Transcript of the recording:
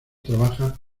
trabaja